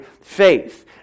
faith